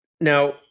Now